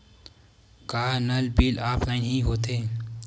का नल bill offline हि होथे?